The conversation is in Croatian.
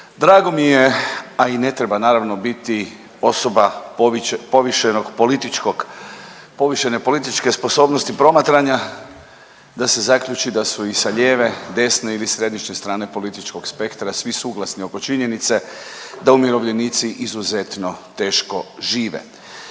Drago mi je, a i ne treba naravno biti osoba povišene političke sposobnosti promatranja da se zaključi da su i sa lijeve, desne ili središnje strane političkog spektra svi suglasni oko činjenice da umirovljenici izuzetno teško žive.